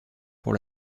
pour